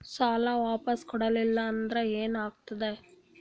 ಸಾಲ ವಾಪಸ್ ಕೊಡಲಿಲ್ಲ ಅಂದ್ರ ಏನ ಆಗ್ತದೆ?